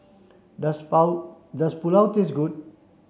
does does Pulao taste good